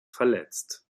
verletzt